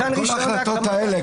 כל ההחלטות האלה,